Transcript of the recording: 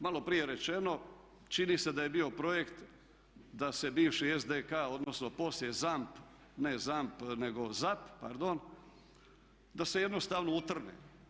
Malo prije je rečeno, čini se da je bio projekt da se bivši SDK, odnosno poslije ZAMP, ne ZAMP nego ZAP, pardon, da se jednostavno utrne.